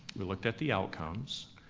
we looked at the outcomes,